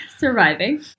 Surviving